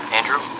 Andrew